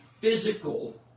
physical